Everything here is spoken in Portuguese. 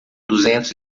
duzentos